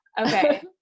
Okay